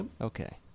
Okay